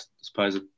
suppose